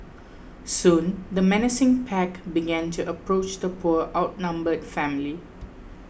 soon the menacing pack began to approach the poor outnumbered family